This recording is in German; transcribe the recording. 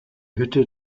hütte